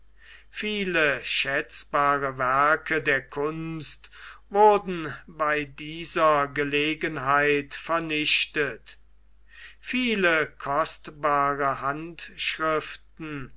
viele schätzbare werke der kunst wurden bei dieser gelegenheit vernichtet viele kostbare handschriften